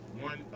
one